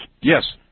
Yes